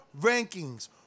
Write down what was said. rankings